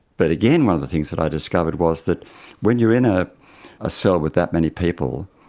but again one of the things that i discovered was that when you are in a ah cell with that many people,